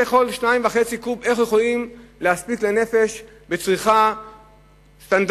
יכולים 2.5 קוב להספיק לנפש בצריכה סטנדרטית?